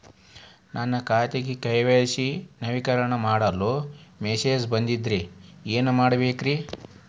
ನನ್ನ ಖಾತೆಯ ಕೆ.ವೈ.ಸಿ ನವೇಕರಣ ಮಾಡಲು ಮೆಸೇಜ್ ಬಂದದ್ರಿ ಏನ್ ಮಾಡ್ಬೇಕ್ರಿ?